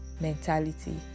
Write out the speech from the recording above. mentality